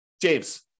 James